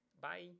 Bye